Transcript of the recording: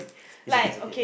it's okay it's okay